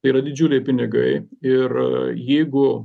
tai yra didžiuliai pinigai ir jeigu